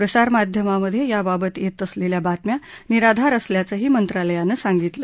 प्रसारमाध्यमांमधे याबाबत येत असलेल्या बातम्या निराधार असल्याचंही मंत्रालयानं सांगितलं